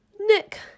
Nick